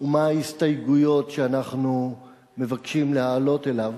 ומה ההסתייגויות שאנחנו מבקשים להעלות לו.